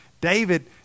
David